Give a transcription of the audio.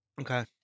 okay